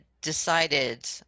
decided